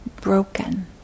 broken